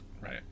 Right